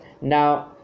Now